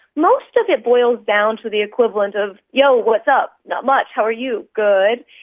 most of it boils down to the equivalent of, yo, what's up, not much. how are you, good,